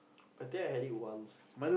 I think I had it once